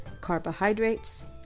carbohydrates